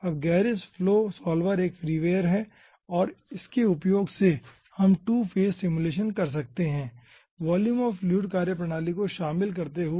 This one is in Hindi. अब गेरिस फ्लो सॉल्वर एक फ्रीवेयर है और इसके उपयोग से हम 2 फेज सिमुलेशन कर सकते हैं वॉल्यूम ऑफ़ फ्लूइड वॉल्यूम कार्यप्रणाली को शामिल करते हुए